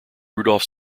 rudolph